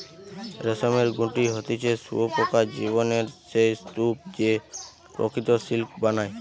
রেশমের গুটি হতিছে শুঁয়োপোকার জীবনের সেই স্তুপ যে প্রকৃত সিল্ক বানায়